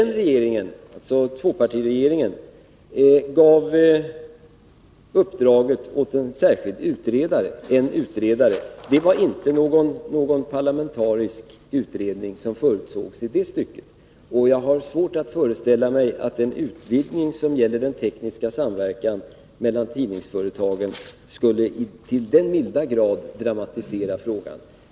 Tvåpartiregeringen gav uppdraget åt en särskild utredare — det var inte någon parlamentarisk utredning som förutsågs i det stycket. Jag har svårt att föreställa mig att en utvidgning som gäller den tekniska samverkan mellan tidningsföretagen skulle till den milda grad dramatisera frågan.